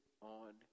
on